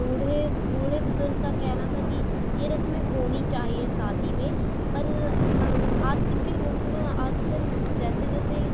بوڑھے بوڑھے بزرگ کا کہنا تھا کہ یہ رسمیں ہونی چاہیے شادی میں پر آج کل کے لوگ آج کل جیسے جیسے